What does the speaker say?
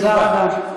תודה רבה.